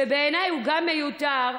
שגם בעיניי הוא מיותר,